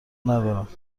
ندارد